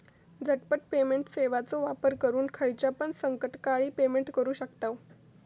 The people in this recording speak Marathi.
झटपट पेमेंट सेवाचो वापर करून खायच्यापण संकटकाळी पेमेंट करू शकतांव